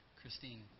Christine